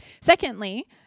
Secondly